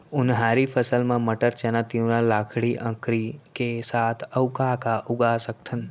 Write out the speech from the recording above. उनहारी फसल मा मटर, चना, तिंवरा, लाखड़ी, अंकरी के साथ अऊ का का उगा सकथन?